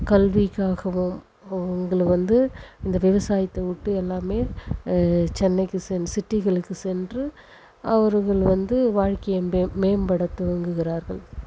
கல்விக்காகவும் உங்களை வந்து இந்த விவசாயத்தை விட்டு எல்லாமே சென்னைக்கு சென் சிட்டிகளுக்கு சென்று அவர்கள் வந்து வாழ்க்கையை மேம்பட துவங்குகிறார்கள்